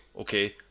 okay